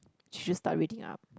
should just start reading up